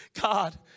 God